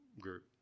group